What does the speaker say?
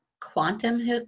quantum